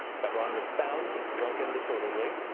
febron was found, drunk and disorderly,